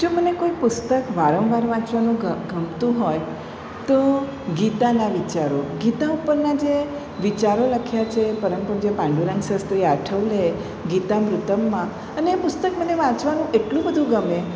જો મને કોઈ પુસ્તક વારંવાર વાંચવાનું ગમતું હોય તો ગીતાના વિચારો ગીતા ઉપરના જે વિચારો લખ્યા છે પરમ પૂજ્ય પાંડુ રંગ શાસ્ત્રી આઠવલે ગીતા મૃતમમાં અને એ પુસ્તક મને વાંચવાનું એટલું બધું ગમે